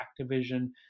Activision